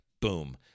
Boom